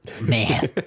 man